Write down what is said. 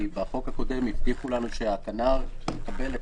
כי בחוק הקודם הבטיחו לנו שהכנ"ר יקבל את